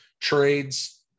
trades